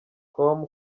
com